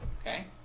Okay